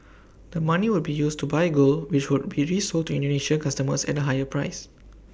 the money would be used to buy gold which would be resold to Indonesian customers at A higher price